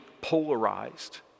polarized